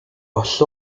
oll